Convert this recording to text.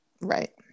right